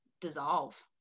dissolve